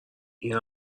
این